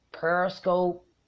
Periscope